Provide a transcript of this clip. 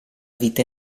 vita